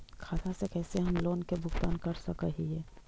खाता से कैसे हम लोन के भुगतान कर सक हिय?